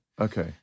okay